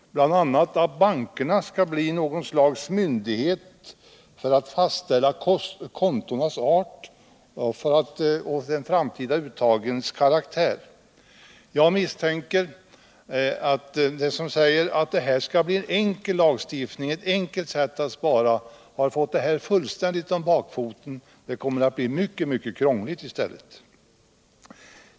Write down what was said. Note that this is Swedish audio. BI. a. vill man inte att bankerna skall bli något slags myndighet för att fastställa kontonas art och de framtida uttagens karaktär. Jag misstänker att de som säger att det skall bli ett enkelt sätt att spara har fått detta fullständigt om bakfoten. Det kommer i stället att bli mycket krångligt.